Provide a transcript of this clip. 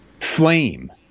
flame